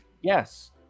Yes